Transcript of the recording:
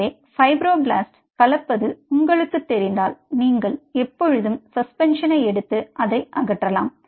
எனவே ஃபைப்ரோபிளாஸ்ட் கலப்பது உங்களுக்குத் தெரிந்தால் நீங்கள் எப்போதும் சஸ்பென்ஷனை எடுத்து அதை அகற்றலாம்